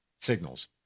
Signals